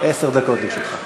עשר דקות לרשותך.